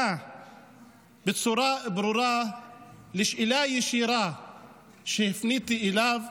בצורה ברורה על שאלה ישירה שהפניתי אליו,